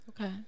Okay